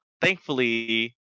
thankfully